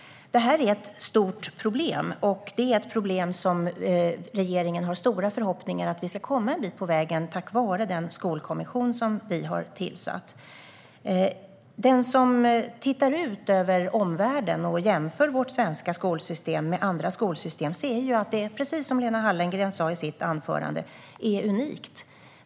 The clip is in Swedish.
Detta är ett stort problem, men regeringen har stora förhoppningar om att vi ska komma en bit på vägen tack vare den skolkommission som vi har tillsatt. Den som tittar ut över omvärlden och jämför vårt svenska skolsystem med andra ser att det, precis som Lena Hallengren sa i sitt anförande, är unikt.